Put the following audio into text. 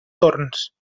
torns